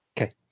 Okay